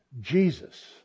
Jesus